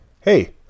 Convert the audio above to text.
Hey